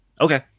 Okay